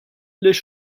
les